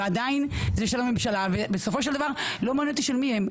ועדיין זה של הממשלה ובסופו של דבר לא מעניין אותי של מי הם.